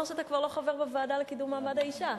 שאתה כבר לא חבר בוועדה לקידום מעמד האשה.